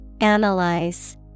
Analyze